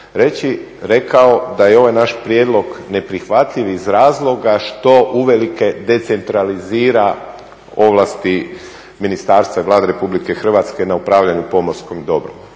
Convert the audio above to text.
rekao da je ovaj naš prijedlog neprihvatljiv iz razloga što uvelike decentralizira ovlasti ministarstva i Vlade RH na upravljanje pomorskim dobrom.